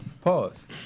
Pause